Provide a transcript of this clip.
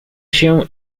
się